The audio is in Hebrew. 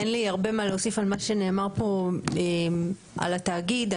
אין לי הרבה מה להוסיף על מה שנאמר פה על התאגיד.